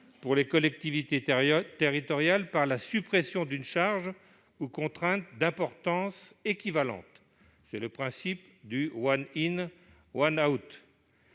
aux collectivités territoriales par la suppression d'une charge ou contrainte d'importance équivalente- c'est le principe du «». Je serais